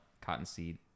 cottonseed